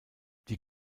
die